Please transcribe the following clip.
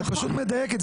את פשוט מדייקת,